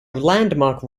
landmark